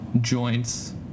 joints